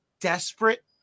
desperate